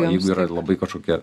jeigu yra labai kažkokia